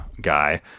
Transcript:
guy